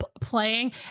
playing